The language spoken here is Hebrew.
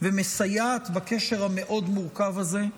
ומסייעת בקשר המאוד-מורכב הזה,